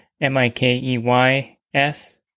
m-i-k-e-y-s